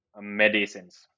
medicines